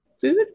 food